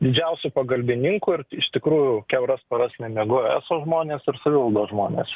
didžiausių pagalbininkų ir iš tikrųjų kiauras paras nemiegojo eso žmones ir savivaldos žmonės